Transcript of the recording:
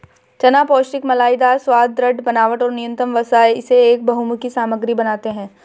चना पौष्टिक मलाईदार स्वाद, दृढ़ बनावट और न्यूनतम वसा इसे एक बहुमुखी सामग्री बनाते है